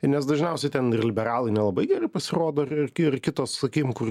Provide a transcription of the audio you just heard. ir nes dažniausiai ten liberalai nelabai pasirodo ir kitos sakykim kur